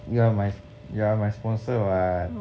you are my you are my sponsor [what]